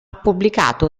pubblicato